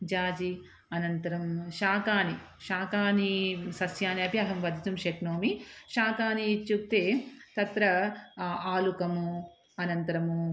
जाजि अनन्तरं शाकानि शाकानि सस्यानि अपि अहं वर्धितुं शक्नोमि शाकानि इत्युक्ते तत्र आ आलुकम् अनन्तरम्